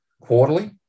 quarterly